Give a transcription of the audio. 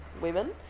women